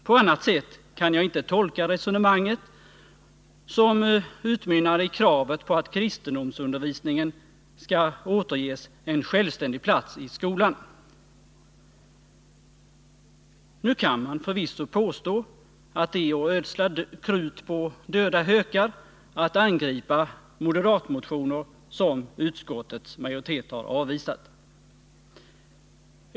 På annat sätt kan jag inte tolka resonemanget, som utmynnar i kravet på att kristendomsundervisningen Nr 117 skall återges en självständig plats i skolan. Nu kan man förvisso påstå att det är att ödsla krut på döda hökar att angripa moderatmotioner som utskottets majoritet har avvisat.